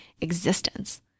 existence